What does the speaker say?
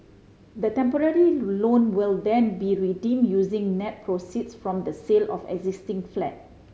the temporary loan will then be redeemed using net proceeds from the sale of the existing flat